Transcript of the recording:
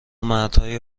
مردهای